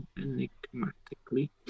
Enigmatically